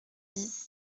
dix